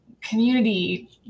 community